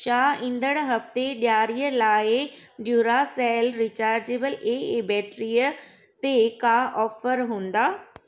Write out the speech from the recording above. छा ईंदड़ु हफ़्ते डि॒यारीअ लाइ डयूरासेल रिचार्जेबल ए ए बैटरिअ ते का ऑफर हूंदा